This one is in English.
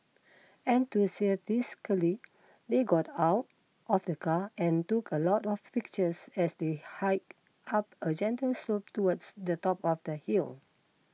enthusiastically they got out of the car and took a lot of pictures as they hiked up a gentle slope towards the top of the hill